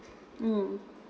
mm